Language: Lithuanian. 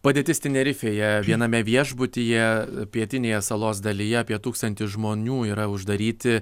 padėtis tenerifėje viename viešbutyje pietinėje salos dalyje apie tūkstantis žmonių yra uždaryti